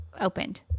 opened